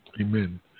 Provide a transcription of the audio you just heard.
amen